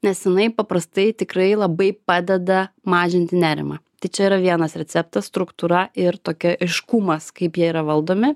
nes jinai paprastai tikrai labai padeda mažinti nerimą tai čia yra vienas receptas struktūra ir tokia aiškumas kaip jie yra valdomi